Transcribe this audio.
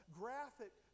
graphic